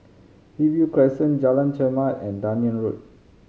Hillview Crescent Jalan Chermat and Dunearn Road